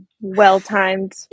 well-timed